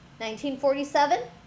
1947